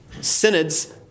Synods